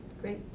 Great